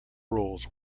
roles